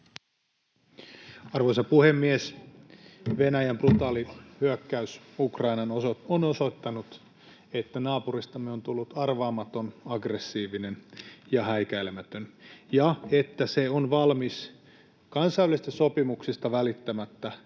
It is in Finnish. Arvoisa puhemies! Venäjän brutaali hyökkäys Ukrainaan on osoittanut, että naapuristamme on tullut arvaamaton, aggressiivinen ja häikäilemätön ja että se kansainvälisistä sopimuksista välittämättä